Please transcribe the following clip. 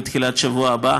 בתחילת השבוע הבא.